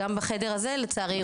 גם בחדר הזה לצערי,